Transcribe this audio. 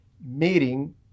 meeting